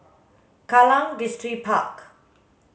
Kallang Distripark